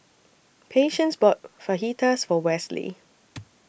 Patience bought Fajitas For Westley